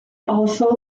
also